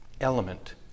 element